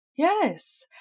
Yes